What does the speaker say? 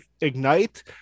Ignite